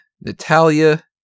Natalia